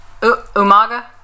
Umaga